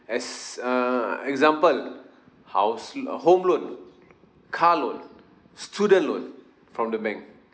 as err example house l~ home loan car loan student loan from the bank